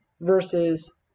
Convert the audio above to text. versus